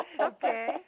okay